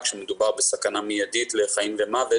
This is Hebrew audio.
כשמדובר בסכנה מידית לחיים ומוות,